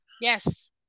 Yes